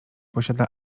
posiada